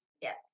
Yes